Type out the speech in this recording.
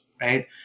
right